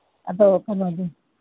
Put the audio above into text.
ꯑꯗꯣ ꯀꯩꯅꯣꯗꯤ